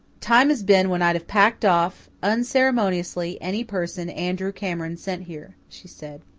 time has been when i'd have packed off unceremoniously any person andrew cameron sent here, she said.